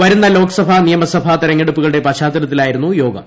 വരുന്ന ലോക്സഭാ നിയമസഭ്യി തെരഞ്ഞെടുപ്പുകളുടെ പശ്ചാത്തലത്തിലായിരുന്നു യോഗം